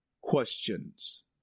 questions